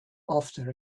after